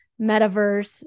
metaverse